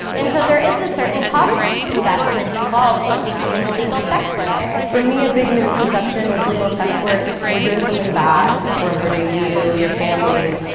and so there is a certain cost investment involved when becoming a legal sex worker. for me, a big misconception with legal sex work, we're doing something bad. we're hurting you, your families,